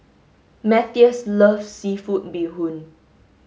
Matthias loves seafood bee hoon